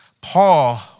Paul